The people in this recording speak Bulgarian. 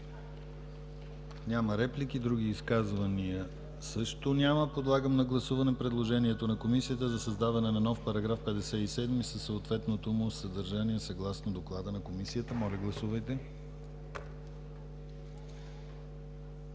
Няма реплики. Други изказвания също. Подлагам на гласуване предложението на Комисията за създаване на нов § 57 със съответното му съдържание, съгласно доклада на Комисията. Моля, гласувайте.